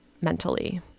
mentally